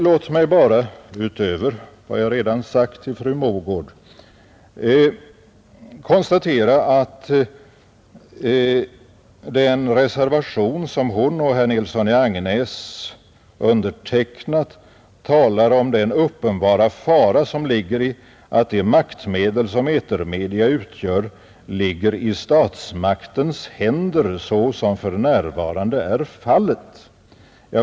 Låt mig bara utöver vad jag redan sagt till fru Mogård konstatera att den reservation som hon och herr Nilsson i Agnäs undertecknat talar om den uppenbara fara som är förenad med att det maktmedel som etermedia utgör ligger i statsmaktens händer, så som för närvarande är fallet.